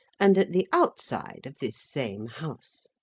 and at the outside of this same house.